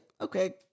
Okay